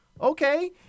Okay